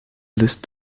list